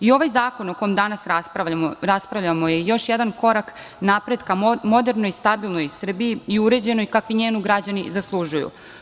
I ovaj zakon o kom danas raspravljamo je još jedan korak napretka modernoj i stabilnoj Srbiji i uređenoj, kakvu njeni građani zaslužuju.